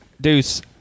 Deuce